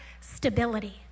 stability